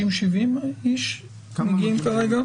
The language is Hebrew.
60, 70, איש, מגיעים כרגע?